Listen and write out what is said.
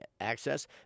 access